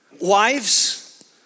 Wives